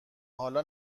حالا